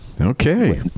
Okay